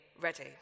ready